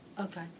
Okay